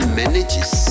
manages